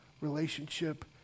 relationship